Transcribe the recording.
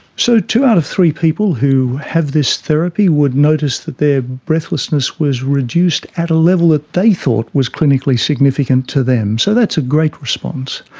so two out of three people who have this therapy would notice that their breathlessness was reduced at a level that they thought was clinically significant to them, so that's a great response.